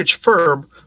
firm